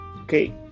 Okay